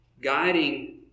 guiding